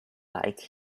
like